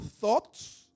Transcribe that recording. thoughts